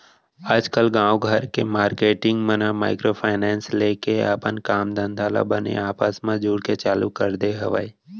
आजकल गाँव घर के मारकेटिंग मन ह माइक्रो फायनेंस लेके अपन काम धंधा ल बने आपस म जुड़के चालू कर दे हवय